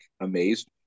amazed